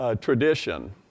tradition